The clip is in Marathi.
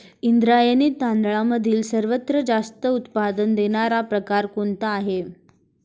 इंद्रायणी तांदळामधील सर्वात जास्त उत्पादन देणारा प्रकार कोणता आहे?